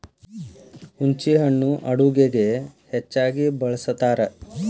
ಹುಂಚಿಹಣ್ಣು ಅಡುಗೆಗೆ ಹೆಚ್ಚಾಗಿ ಬಳ್ಸತಾರ